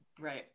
Right